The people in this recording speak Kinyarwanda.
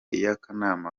y’akanama